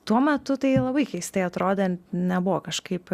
tuo metu tai labai keistai atrodė nebuvo kažkaip